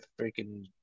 freaking